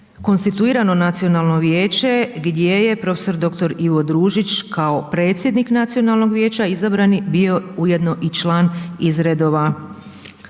konstituirano nacionalno vijeće gdje je prof. dr. Ivo Družić kao predsjednik nacionalnog vijeća izabrani, bio u jedno i član iz redova